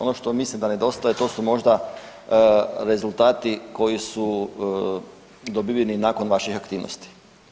Ono što mislim da nedostaje to su možda rezultati koji su dobiveni nakon vaših aktivnosti.